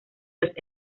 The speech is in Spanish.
los